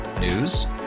News